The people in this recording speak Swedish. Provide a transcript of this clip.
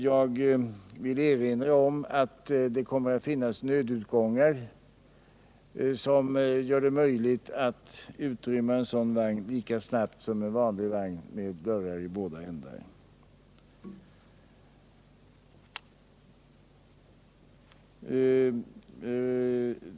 Jag vill erinra om att det kommer att finnas nödutgångar, som gör det möjligt att utrymma en sådan vagn lika snabbt som en vanlig med dörrar i båda ändar.